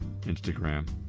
Instagram